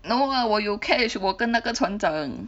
no lah 我有 catch 我跟那个船长